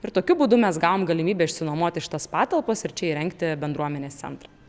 ir tokiu būdu mes gavom galimybę išsinuomoti šitas patalpas ir čia įrengti bendruomenės centrą